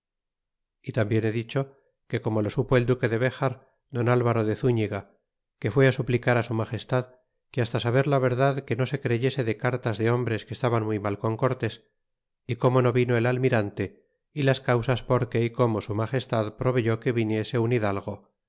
y tambien he dicho que como lo supo el duque de dejar don alvaro de miliga que fue suplicar su magestad que hasta saber la verdad que no se creyese de cartas de hombres que estaban muy mal con cortes é como no vino el almirante é las causas porque y como su magestad proveyó que viniese un hidalgo